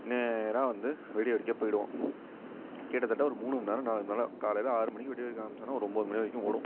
நேராக வந்து வெடி வெடிக்கப் போயிடுவோம் கிட்டத்தட்ட ஒரு மூணு மணிநேரம் நாலு மணிநேரம் காலையில் ஆறு மணிக்கு வெடி வெடிக்க ஆரம்பித்தோன்னா ஒரு ஒன்போது மணி வரைக்கும் ஓடும்